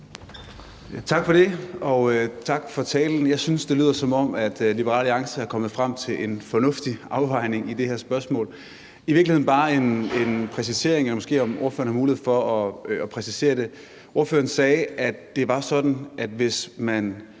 Tak for det, og tak for talen. Jeg synes, det lyder, som om Liberal Alliance er kommet frem til en fornuftig afvejning i det her spørgsmål. I virkeligheden vil jeg bare høre, om ordføreren måske har mulighed for at præcisere noget. Ordføreren sagde, at det var sådan, at hvis man